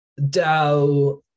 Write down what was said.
DAO